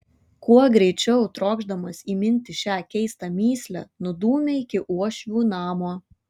kuo greičiau trokšdamas įminti šią keistą mįslę nudūmė iki uošvių namo